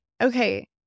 okay